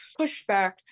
pushback